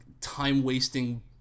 time-wasting